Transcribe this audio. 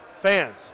Fans